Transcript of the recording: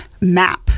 Map